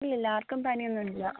ഇല്ലില്ല ആർക്കും പനിയൊന്നും ഇല്ല